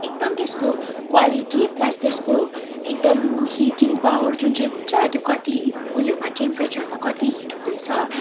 एकदम त्यसको quality plus त्यसको एकदम हिटिङ पावर जुन चाहिँ हुन्छ त्यो कति ऊ योमा टेम्परेचरमा कति हिट हुँदैछ